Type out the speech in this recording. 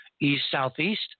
east-southeast